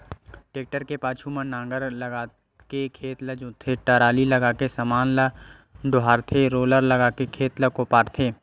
tractor के पाछू म नांगर लगाके खेत ल जोतथे, टराली लगाके समान ल डोहारथे रोलर लगाके खेत ल कोपराथे